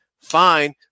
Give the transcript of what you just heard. fine